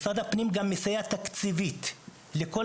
משרד הפנים גם מסייע תקציבית לכל